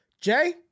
Jay